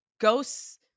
ghosts